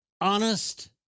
honest